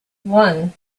won